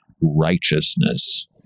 righteousness